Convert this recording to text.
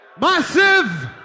Massive